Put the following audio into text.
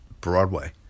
Broadway